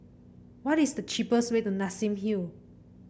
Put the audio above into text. what is the cheapest way to Nassim Hill